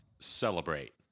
celebrate